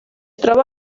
troba